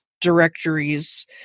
directories